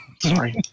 sorry